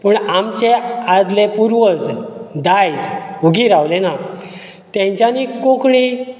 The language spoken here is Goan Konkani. पूण आमचें आदले पुर्वज दायज उगी रावले ना तेंचानी कोंकणी